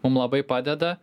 mum labai padeda